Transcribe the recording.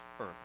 earth